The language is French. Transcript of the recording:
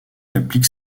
applique